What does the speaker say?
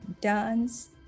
dance